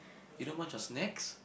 you don't munch on snacks